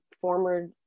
former